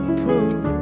prove